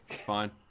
fine